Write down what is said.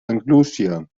lucia